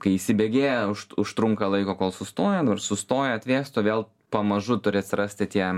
kai įsibėgėja už užtrunka laiko kol sustoja ir sustoja atvėsta vėl pamažu turi atsirasti tie